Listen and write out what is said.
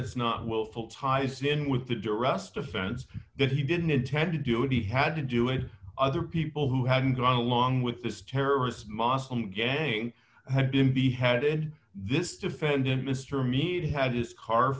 it's not willful ties in with the duress defense that he didn't intend to do it he had to do it other people who hadn't gone along with this terrorist muslim gang had been beheaded this defendant mr mead had his car